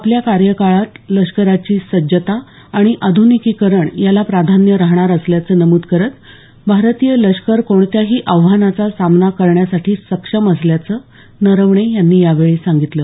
आपल्या कार्यकाळात लष्कराची सज्जता आणि आध्निकीकरण याला प्राधान्य राहणार असल्याचं नमूद करतभारतीय लष्कर कोणत्याही आव्हानाचा सामना करण्यासाठी सक्षम असल्याचं नरवणे यांनी यावेळी सांगितलं